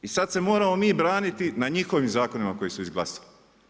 I sad se moramo mi braniti na njihovim zakonima koje su izglasali.